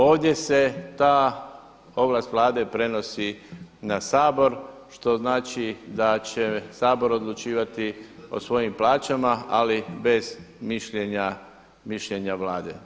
Ovdje se ta ovlast Vlade prenosi na Sabor što znači da će Sabor odlučivati o svojim plaćama ali bez mišljenja Vlade.